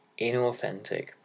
inauthentic